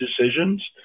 decisions